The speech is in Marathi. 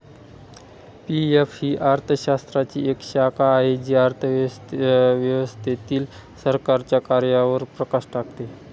पी.एफ ही अर्थशास्त्राची एक शाखा आहे जी अर्थव्यवस्थेतील सरकारच्या कार्यांवर प्रकाश टाकते